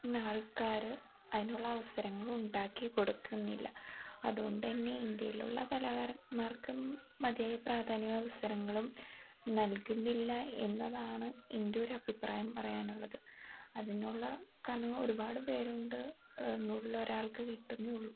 മുന്നാൾക്കാർ അതിനുള്ള അവസരങ്ങൾ ഉണ്ടാക്കി കൊടുക്കുന്നില്ല അതുകൊണ്ടുതന്നെ ഇന്ത്യയിലുള്ള കലാകാരന്മാർക്കും മതിയായ പ്രാധാന്യവും അവസരങ്ങളും നൽകുന്നില്ല എന്നതാണ് എൻ്റെയൊരു അഭിപ്രായം പറയാനുള്ളത് അതിനുള്ള കാരണം ഒരുപാട് പേരുണ്ട് നൂറിലൊരാൾക്ക് കിട്ടുന്നതേ ഉള്ളൂ